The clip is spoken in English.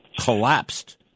collapsed